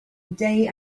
day